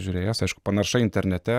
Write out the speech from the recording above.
žiūrėjęs aišku panaršai internete